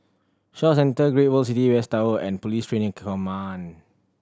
Shaw Centre Great World City West Tower and Police Training Command